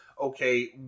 Okay